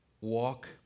walk